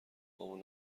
پامو